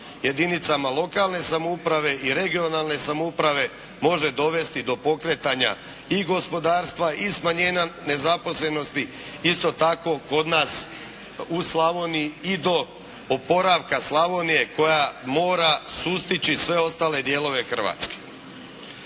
jedinicama lokalne samouprave i regionalne samouprave može dovesti do pokretanja i gospodarstva i smanjenja nezaposlenosti isto tako kod nas u Slavoniji i do oporavka Slavonije koja mora sustići sve ostale dijelove Hrvatske.